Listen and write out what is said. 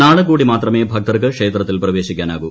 നാളെ കൂടി കാത്രമേ ഭക്തർക്ക് ക്ഷേത്രത്തൽ പ്രവേശിക്കാനാകൂ